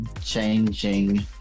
changing